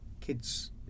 kids